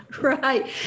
Right